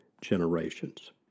generations